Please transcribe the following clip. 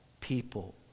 people